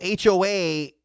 HOA